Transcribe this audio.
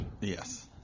Yes